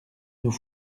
nous